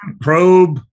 probe